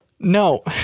No